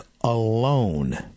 alone